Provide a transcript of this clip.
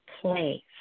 place